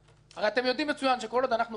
הרי אתם יודעים מצוין שכל עוד אנחנו בקואליציה,